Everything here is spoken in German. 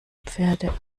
pferde